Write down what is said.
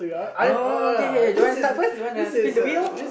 uh okay okay uh do you want to start first you wanna spin the wheel